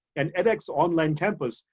and edx online campus,